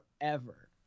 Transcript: Forever